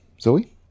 Zoe